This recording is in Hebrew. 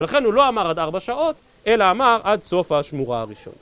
ולכן הוא לא אמר עד ארבע שעות, אלא אמר עד סוף האשמורה הראשונה.